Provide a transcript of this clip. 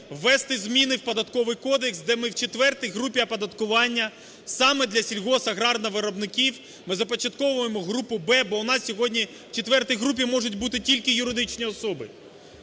ввести зміни в Податковий кодекс, де ми в четвертій групі оподаткування саме для сільгоспаграрновиробників ми започатковуємо групу Б, бо в нас сьогодні в четвертій групі можуть бути тільки юридичні особи.